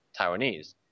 Taiwanese